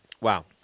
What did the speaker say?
Wow